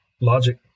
logic